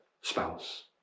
spouse